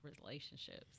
relationships